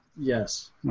Yes